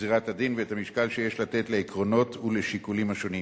בגזירת הדין והמשקל שיש לתת לעקרונות ולשיקולים השונים,